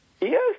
Yes